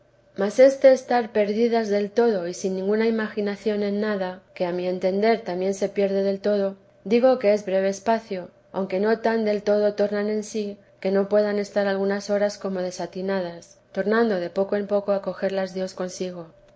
mas este estar perdidas del todo y sin ninguna imaginación en nada que a mi entender también se pierde del todo digo que es breve espacio aunque no tan del todo tornan en sí que no puedan estar algunas horas como desatinadas tornando de poco en poco a cogerlas dios consigo